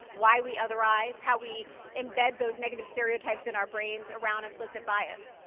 why we otherwise, how we embed those negative stereotypes in our brains around implicit bias.